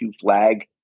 flag